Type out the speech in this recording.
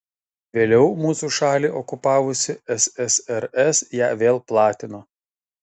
vėliau mūsų šalį okupavusi ssrs ją vėl platino